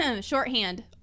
shorthand